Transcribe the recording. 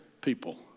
people